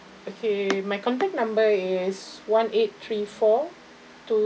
okay my contact number is one eight three four two